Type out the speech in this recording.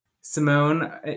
Simone